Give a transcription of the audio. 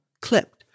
clipped